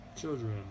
children